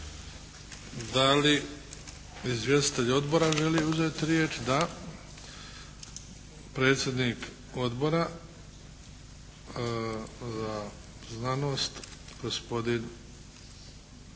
Da li izvjestitelji odbora žele uzeti riječ? Da. Predsjednik Odbora za znanost, gospodin